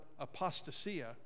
apostasia